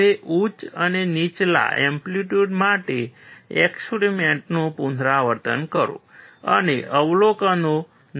હવે ઉચ્ચ અને નીચલા એમ્પ્લિટ્યૂડ માટે એક્સપેરિમેન્ટનું પુનરાવર્તન કરો અને અવલોકનો નોંધો